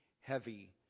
heavy